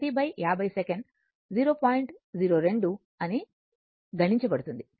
02 అని గణించబడుతుంది 0